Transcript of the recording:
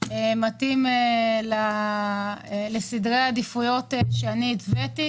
מתאים לסדרי העדיפויות שהתוויתי.